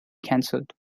canceled